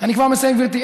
אני כבר מסיים, גברתי.